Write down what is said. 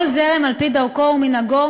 כל זרם על-פי דרכו ומנהגו,